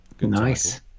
Nice